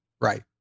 right